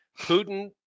putin